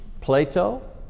Plato